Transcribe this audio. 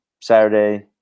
Saturday